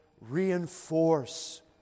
reinforce